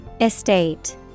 Estate